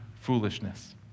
foolishness